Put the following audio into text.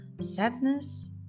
sadness